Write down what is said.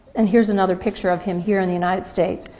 and here's another picture of him here in the united states.